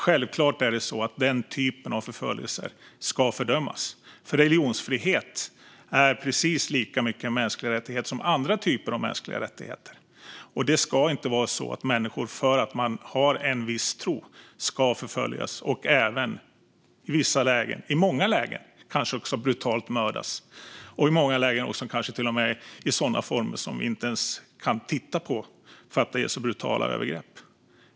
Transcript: Självklart är det så att den typen av förföljelser ska fördömas, för religionsfrihet är precis lika mycket en mänsklig rättighet som andra typer av mänskliga rättigheter. Det ska inte vara så att människor förföljs och i vissa lägen - i många lägen - kanske också brutalt mördas för att de har en viss tro. I många lägen sker detta i former som vi inte ens kan titta på, eftersom det handlar om så brutala övergrepp.